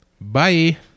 Bye